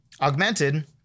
Augmented